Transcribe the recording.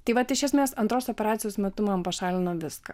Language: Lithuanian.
taip vat iš esmės antros operacijos metu man pašalino viską